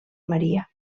maria